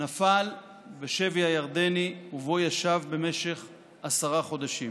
נפל בשבי הירדני, ובו ישב במשך עשרה חודשים.